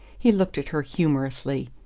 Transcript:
he looked at her humorously.